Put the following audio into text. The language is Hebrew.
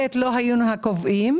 בי"ת, לא היינו הקובעים,